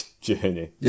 Journey